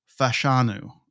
Fashanu